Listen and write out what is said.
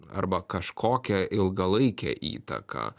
arba kažkokią ilgalaikę įtaką